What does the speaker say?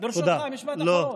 ברשותך, משפט אחרון.